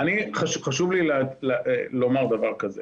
חשוב לי לומר דבר כזה: